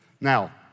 Now